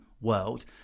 world